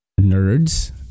nerds